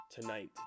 tonight